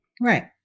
Right